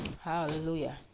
Hallelujah